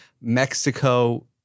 Mexico